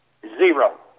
Zero